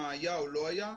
מה היה או לא היה,